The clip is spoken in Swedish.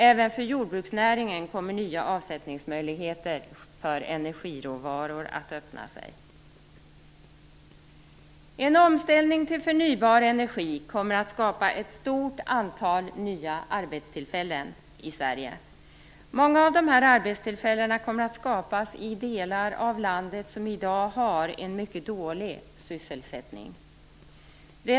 Även för jordbruksnäringen kommer nya avsättningsmöjligheter för energiråvaror att öppna sig. En omställning till förnybar energi kommer att skapa ett stort antal nya arbetstillfällen i Sverige. Många av dessa arbetstillfällen kommer att skapas i de delar av landet som i dag har ett mycket dåligt sysselsättningsläge.